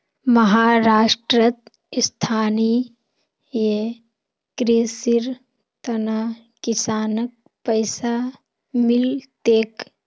महाराष्ट्रत स्थायी कृषिर त न किसानक पैसा मिल तेक